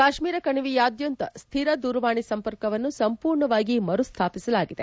ಕಾಶ್ಟೀರ ಕಣಿವೆಯಾದ್ಯಂತ ಸ್ತಿರ ದೂರವಾಣಿ ಸಂಪರ್ಕವನ್ನು ಸಂಪೂರ್ಣವಾಗಿ ಮರುಸ್ಥಾಪಿಸಲಾಗಿದೆ